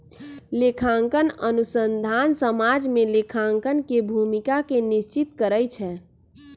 लेखांकन अनुसंधान समाज में लेखांकन के भूमिका के निश्चित करइ छै